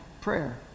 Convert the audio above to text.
prayer